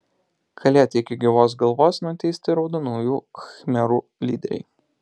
kalėti iki gyvos galvos nuteisti raudonųjų khmerų lyderiai